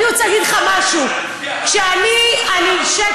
אני רוצה להגיד לך משהו: כשאני, שקט.